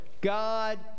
God